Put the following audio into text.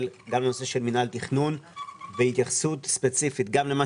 וגם לנושא של מינהל תכנון והתייחסות ספציפית גם למה